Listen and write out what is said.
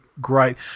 Great